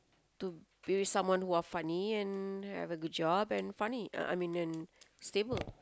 to be with someone more funny and have a good job and funny I I mean and stable